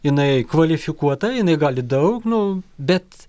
jinai kvalifikuota jinai gali daug nu bet